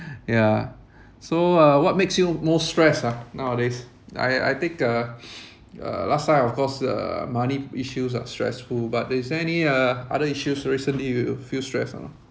yeah so uh what makes you most stressed ah nowadays I I think uh uh last time of course uh money issues are stressful but is there any uh other issues recently you feel stressed or not